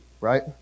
right